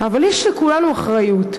אבל יש לכולנו אחריות,